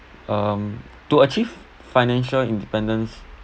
um to achieve financial independence